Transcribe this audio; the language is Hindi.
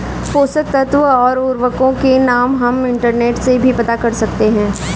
पोषक तत्व और उर्वरकों के नाम हम इंटरनेट से भी पता कर सकते हैं